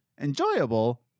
enjoyable